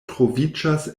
troviĝas